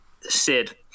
Sid